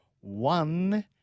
One